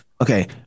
okay